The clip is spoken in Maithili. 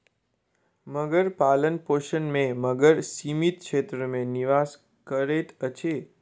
मगर पालनपोषण में मगर सीमित क्षेत्र में निवास करैत अछि